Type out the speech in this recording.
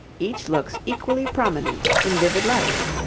each looks equally prominent in vivid life.